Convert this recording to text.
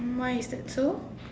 why is that so